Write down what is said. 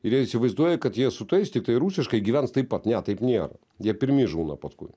ir jie įsivaizduoja kad jie su tais tiktai rusiškai gyvens taip pat ne taip nėra jie pirmi žūna paskui